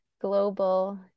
global